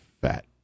fat